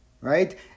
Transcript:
right